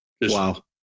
Wow